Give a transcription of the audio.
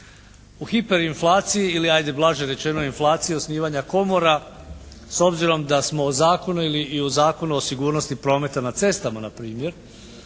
u hiperinflaciji ili ajde blaže rečeno inflaciji osnivanja komora s obzirom da smo ozakonili i u Zakonu o sigurnosti prometa na cestama na primjer